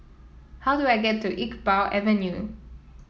how do I get to Iqbal Avenue